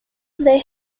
they